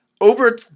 over